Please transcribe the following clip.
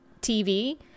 TV